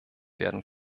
werden